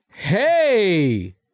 Hey